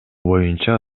боюнча